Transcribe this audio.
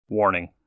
Warning